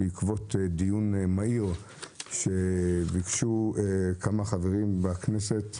בעקבות דיון מהיר שביקשו כמה חברים בכנסת,